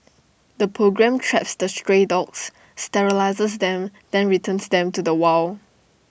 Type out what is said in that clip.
the programme traps the stray dogs sterilises them then returns them to the wild